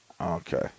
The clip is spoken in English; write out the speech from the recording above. Okay